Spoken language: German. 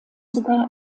sogar